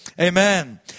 Amen